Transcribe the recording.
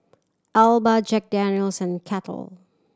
Alba Jack Daniel's and Kettle